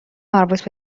مربوط